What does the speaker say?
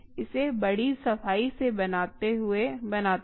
इसे बड़ी सफाई से बनाते हैं